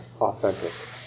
authentic